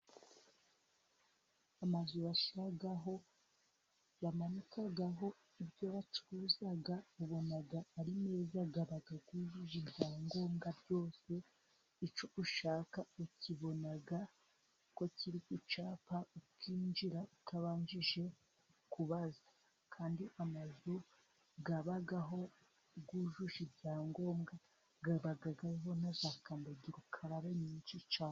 Amazu bashyiraho, bamanikaho ibyo bacuza, ubona ari meza aba yujuje ibyangombwa byose, icyo ushaka ukibona ko kiri kucyapa ukinjira utabanje kubaza, kandi amazu abaho yujuje ibyangombwa, aba ariho nazakandagira ukarabe nyinshi cyane.